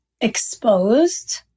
exposed